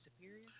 Superior